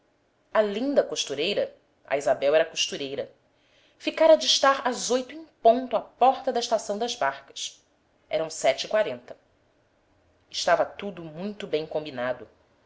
a linda costureira a isabel era costureira ficara de estar às oito em ponto à porta da estação das barcas eram sete e quarenta estava tudo muito bem combinado